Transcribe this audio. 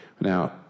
Now